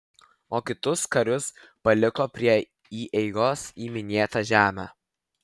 o kitus karius paliko prie įeigos į minėtą žemę